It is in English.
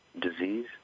disease